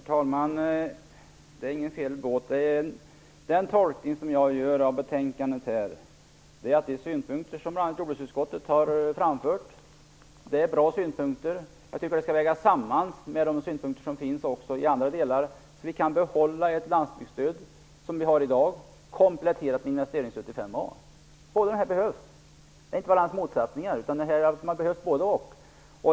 Herr talman! Det är inte fråga om fel båt. Den tolkning som jag gör av betänkandet är att de synpunkter som bl.a. jordbruksutskottet har framfört är bra synpunkter. Dessa synpunkter skall vägas samman med de synpunkter som finns i andra delar, så att vi kan behålla det landsbygdsstöd som vi har i dag, kompletterat med ett investeringsstöd i mål 5a. Båda dessa stöd behövs. Det handlar inte om några motsättningar, utan de behövs båda.